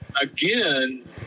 again